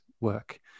work